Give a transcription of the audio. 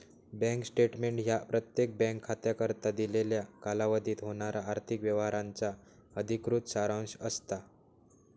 bank statement ह्या प्रत्येक bank खात्याकरता दिलेल्या कालावधीत होणारा आर्थिक व्यवहारांचा अधिकृत सारांश असता